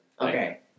Okay